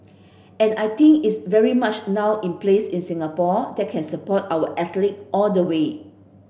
and I think it's very much now in place in Singapore that can support our athlete all the way